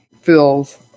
feels